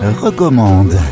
recommande